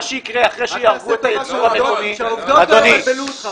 מה שיקרה אחרי שיהרגו את הייצור המקומי --- שהעובדות לא יבלבלו אותך.